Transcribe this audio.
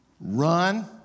run